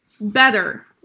better